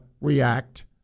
react